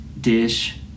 dish